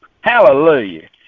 Hallelujah